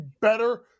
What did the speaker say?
better